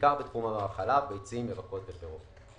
בעיקר בתחום חלב, ביצים, ירקות ופירות.